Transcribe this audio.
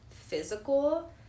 physical